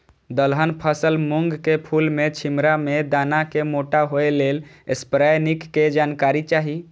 दलहन फसल मूँग के फुल में छिमरा में दाना के मोटा होय लेल स्प्रै निक के जानकारी चाही?